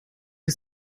ist